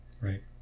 right